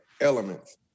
Elements